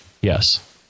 yes